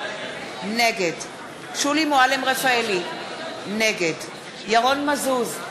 נגד שולי מועלם-רפאלי, נגד ירון מזוז,